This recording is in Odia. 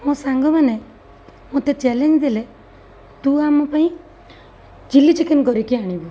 ମୋ ସାଙ୍ଗମାନେ ମୋତେ ଚ୍ୟାଲେଞ୍ଜ ଦେଲେ ତୁ ଆମ ପାଇଁ ଚିଲ୍ଲି ଚିକେନ୍ କରିକି ଆଣିବୁ